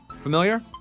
Familiar